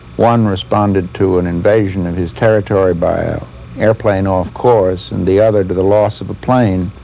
one responded to an invasion of his territory by an airplane off-course and the other to the loss of a plane